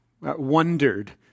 Wondered